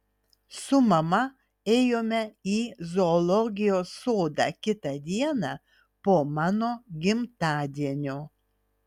su mama ėjome į zoologijos sodą kitą dieną po mano gimtadienio